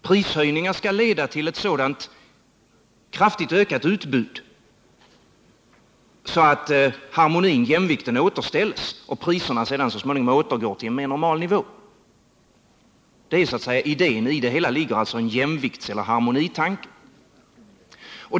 Prishöjningar skall leda till ett sådant kraftigt ökat utbud, att harmonin och jämvikten återställs och priserna sedan så småningom återgår till en mer normal nivå. Det är idén med det hela — i den ligger så att säga en jämviktseller harmonitanke.